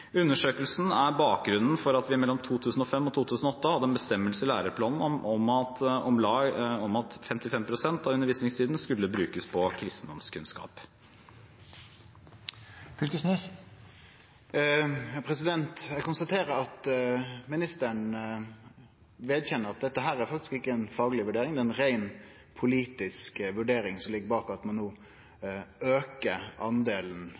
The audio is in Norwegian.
Undersøkelsen er bakgrunnen for at vi mellom 2005 og 2008 hadde en bestemmelse i læreplanen om at 55 pst. av undervisningstiden skulle brukes på kristendomskunnskap. Eg konstaterer at ministeren vedkjenner at dette her faktisk ikkje er ei fagleg vurdering, det er ei rein politisk vurdering som ligg bak at ein no